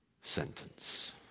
sentence